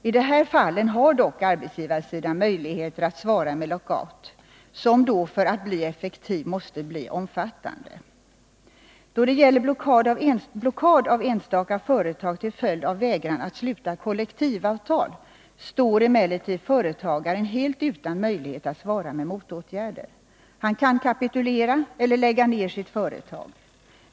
I de här fallen har dock arbetsgivarsidan möjligheter att svara med lockout, som då för att bli effektiv måste bli omfattande. Då det gäller blockad av enstaka företag till följd av vägran att sluta kollektivavtal, står emellertid företagaren helt utan möjlighet att svara med motåtgärder. Han kan kapitulera eller lägga ned sitt företag.